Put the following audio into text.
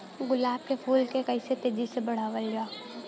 गुलाब क फूल के कइसे तेजी से बढ़ावल जा?